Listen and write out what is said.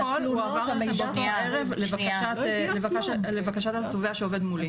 הכול הועבר לכם באותו ערב לבקשת התובע שעובד מולי.